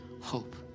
hope